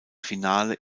finale